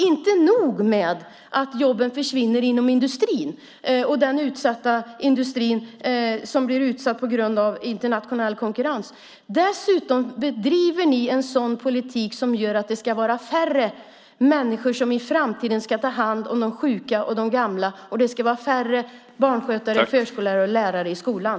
Inte nog med att jobben försvinner inom industrin, som blir utsatt på grund av internationell konkurrens. Dessutom bedriver regeringen en politik som innebär att färre människor i framtiden ska ta hand om de sjuka och gamla och det ska vara färre barnskötare och förskollärare samt lärare i skolan.